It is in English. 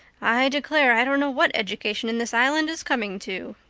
i declare, i don't know what education in this island is coming to.